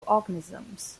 organisms